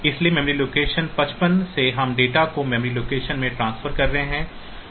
इसलिए memory location 55 से हम डेटा को मेमोरी लोकेशन में ट्रांसफर कर रहे हैं